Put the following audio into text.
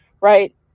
right